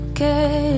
Okay